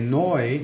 noi